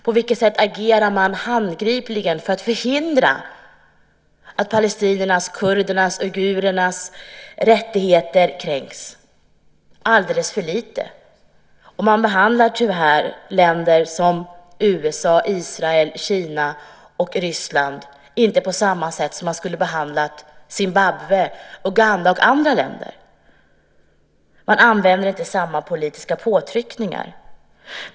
På vilket sätt agerar man handgripligen för att förhindra att palestiniernas, kurdernas och uigurernas rättigheter kränks? Alldeles för lite. Man behandlar tyvärr länder som USA, Israel, Kina och Ryssland inte på samma sätt som man skulle ha behandlat Zimbabwe, Uganda och andra länder. Man använder inte samma politiska påtryckningar.